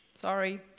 sorry